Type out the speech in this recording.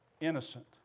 innocent